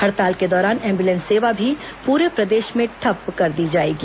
हड़ताल के दौरान एंब्लेंस सेवा भी पूरे प्रदेश में ठप्प कर दी जाएगी